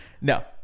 No